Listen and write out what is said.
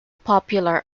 popular